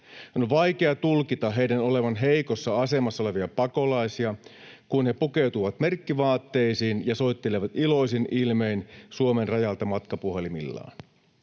On vaikea tulkita heidän olevan heikossa asemassa olevia pakolaisia, kun he pukeutuvat merkkivaatteisiin ja soittelevat iloisin ilmein Suomen rajalta matkapuhelimillaan.